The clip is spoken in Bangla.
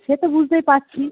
সে তো বুঝতেই পারছি